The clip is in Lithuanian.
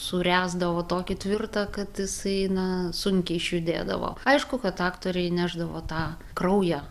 suręsdavo tokį tvirtą kad jisai na sunkiai išjudėdavo aišku kad aktoriai nešdavo tą kraują